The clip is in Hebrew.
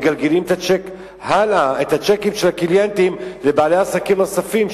מגלגלים הלאה את הצ'קים של הקליינטים לבעלי עסקים נוספים,